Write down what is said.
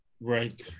Right